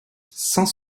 saint